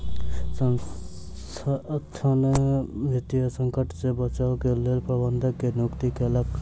संसथान वित्तीय संकट से बचाव के लेल प्रबंधक के नियुक्ति केलक